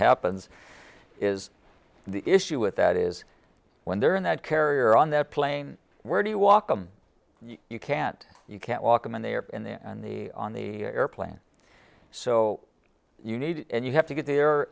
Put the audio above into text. happens is the issue with that is when they're in that carrier on that plane where do you walk them you can't you can't walk them and they are in there and the on the airplane so you need and you have to get the